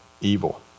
evil